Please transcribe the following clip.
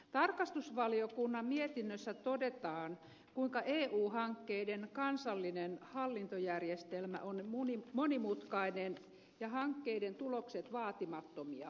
tarkastusvaliokunnan mietinnössä todetaan kuinka eu hankkeiden kansallinen hallintojärjestelmä on monimutkainen ja hankkeiden tulokset vaatimattomia